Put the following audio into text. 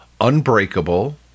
Unbreakable